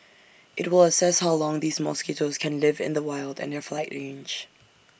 IT will assess how long these mosquitoes can live in the wild and their flight range